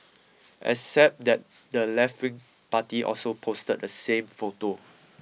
except that the leftwing party also posted the same photo